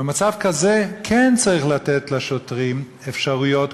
במצב כזה כן צריך לתת לשוטרים אפשרויות,